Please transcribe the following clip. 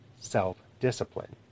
self-discipline